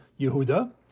Yehuda